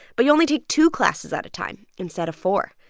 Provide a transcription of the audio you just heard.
but you only take two classes at a time instead of four.